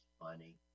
funny